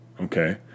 Okay